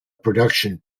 production